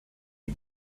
how